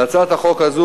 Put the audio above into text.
להצעת החוק הזאת,